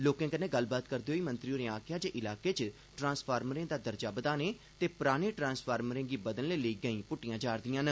लोकें कन्नै गल्लबात करदे होई मंत्री होरें गलाया जे इलाके च ट्रांसफार्मरें दा दर्जा बघाने ते पराने ट्रांसफार्मरें गी बदलने लेई गैंहीं पुट्टिआं जा'रदिआं न